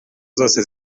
zose